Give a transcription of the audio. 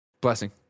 Blessing